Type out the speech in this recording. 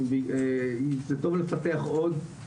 טוב לטפח עוד,